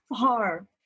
far